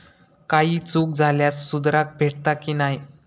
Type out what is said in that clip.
काही चूक झाल्यास सुधारक भेटता की नाय?